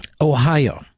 Ohio